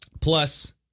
Plus